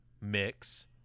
mix